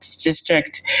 district